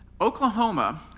Oklahoma